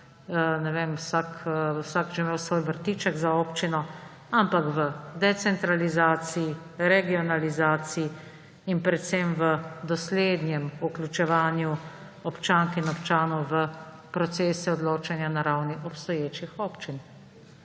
na koncu vsak že imel svoj vrtiček za občino; ampak v decentralizaciji, regionalizaciji in predvsem v doslednem vključevanju občank in občanov v procese odločanja na ravni obstoječih občin.